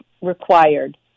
required